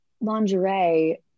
lingerie